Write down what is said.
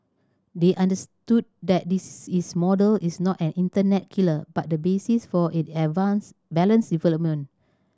they understood that is model is not an internet killer but the basis for it advance balanced development